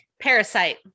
Parasite